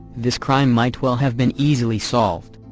this crime might well have been easily solved.